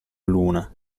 luna